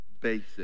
basic